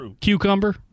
cucumber